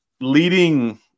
leading